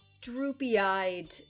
droopy-eyed